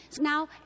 Now